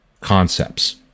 concepts